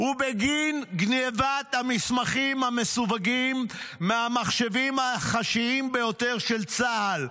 הוא בגין גנבת המסמכים המסווגים מהמחשבים החשאיים ביותר של צה"ל.